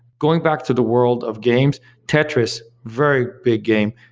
going back to the world of games, tetris, very big game,